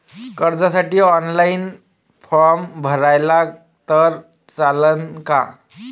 कर्जसाठी online form भरला तर चालन का?